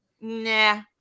Nah